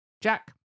Jack